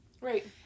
right